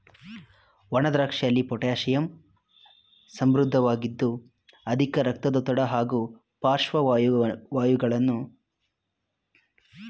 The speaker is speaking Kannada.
ಒಣದ್ರಾಕ್ಷಿಯಲ್ಲಿ ಪೊಟ್ಯಾಶಿಯಮ್ ಸಮೃದ್ಧವಾಗಿದ್ದು ಅಧಿಕ ರಕ್ತದೊತ್ತಡ ಹಾಗೂ ಪಾರ್ಶ್ವವಾಯುಗಳನ್ನು ತಡಿತದೆ